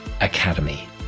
academy